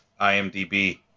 IMDb